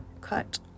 cut